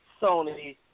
Sony